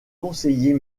conseiller